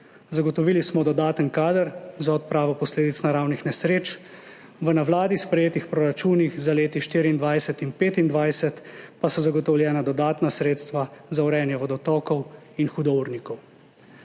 Zagotovili smo dodaten kader za odpravo posledic naravnih nesreč, v na vladi sprejetih proračunih za leti 2024 in 2025 pa so zagotovljena dodatna sredstva za urejanje vodotokov in hudournikov.